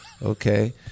Okay